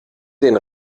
den